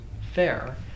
fair